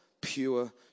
pure